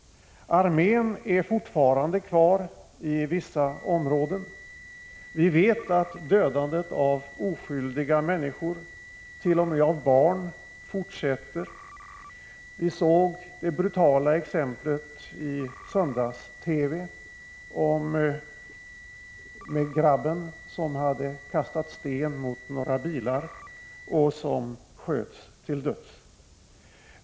Armén är fortfarande kvar i vissa områden. Vi vet att dödandet av oskyldiga människor, t.o.m. av barn, fortsätter. Vi kunde i TV i söndags se det brutala exemplet med grabben som hade kastat sten mot några bilar och som sköts till döds.